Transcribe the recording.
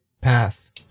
path